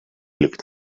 looked